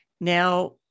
Now